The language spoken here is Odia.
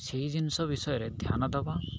ସେଇ ଜିନିଷ ବିଷୟରେ ଧ୍ୟାନ ଦବା